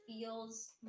feels